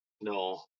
no